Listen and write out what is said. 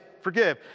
forgive